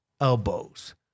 elbows